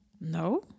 No